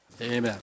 Amen